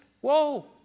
Whoa